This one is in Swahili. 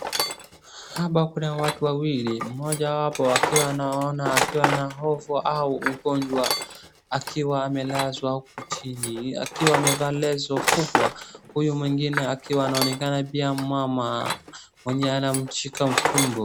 Hapa kuna watu wawili mmojawapo naona akiwa na hofu au ugonjwa akiwa amelazwa huku chini , akiwa amevaa leso kubwa huyo mwingine anonekana pia mama mwenye anamshika tumbo.